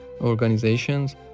organizations